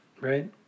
right